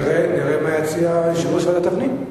נראה מה יציע יושב-ראש ועדת הפנים.